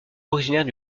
originaires